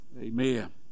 Amen